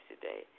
today